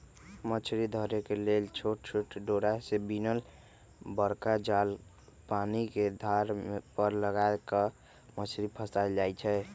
मछरी धरे लेल छोट छोट डोरा से बिनल बरका जाल पानिके धार पर लगा कऽ मछरी फसायल जाइ छै